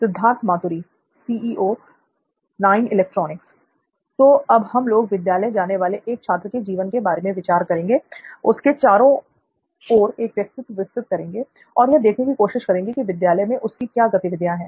सिद्धार्थ मातुरी तो अब हम लोग विद्यालय जाने वाले एक छात्र के जीवन के बारे में विचार करेंगे उसके चारों ओर एक व्यक्तित्व विकसित करेंगे और यह देखने की कोशिश करेंगे कि विद्यालय में उसकी क्या गतिविधियाँ है